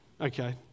okay